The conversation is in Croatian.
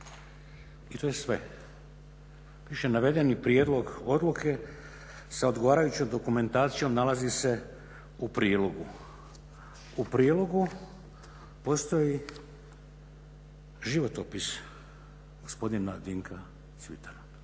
I to je sve. Piše navedeni prijedlog odluke sa odgovarajućom dokumentacijom nalazi se u prilogu, u prilogu postoji životopis gospodina Dinka Cvitana,